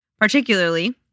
particularly